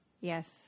Yes